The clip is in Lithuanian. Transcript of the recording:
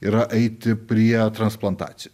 yra eiti prie transplantacijų